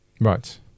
right